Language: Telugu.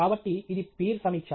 కాబట్టి ఇది పీర్ సమీక్ష